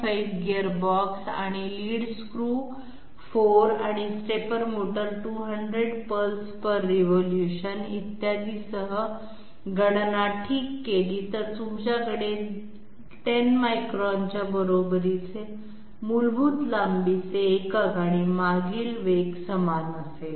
5 gearbox आणि lead screw 4 आणि stepper motor 200 pulserev इत्यादीसह गणना ठीक केली तर तुमच्याकडे 10 मायक्रॉनच्या बरोबरीचे मूलभूत लांबीचे एकक आणि मागील वेग समान असेल